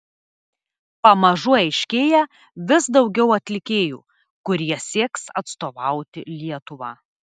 pamažu aiškėja vis daugiau atlikėjų kurie sieks atstovauti lietuvą